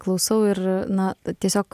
klausau ir na tiesiog